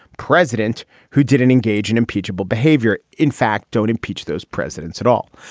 president who didn't engage in impeachable behavior? in fact, don't impeach those presidents at all,